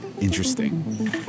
interesting